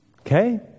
Okay